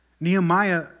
Nehemiah